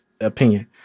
opinion